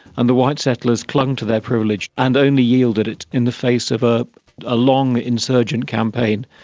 and the white settlers clung to their privilege and only yielded it in the face of a ah long insurgent campaign,